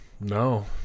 no